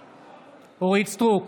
בעד אורית מלכה סטרוק,